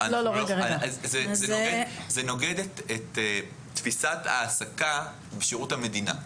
זה נוגד את תפיסת ההעסקה בשירות המדינה.